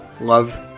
Love